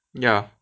ya